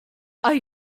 are